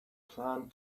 plant